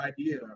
idea